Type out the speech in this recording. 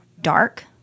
dark